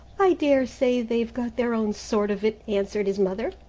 i daresay they've got their own sort of it, answered his mother,